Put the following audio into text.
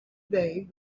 day